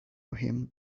him